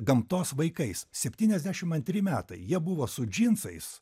gamtos vaikais septyniasdešimt antri metai jie buvo su džinsais